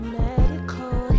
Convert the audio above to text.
medical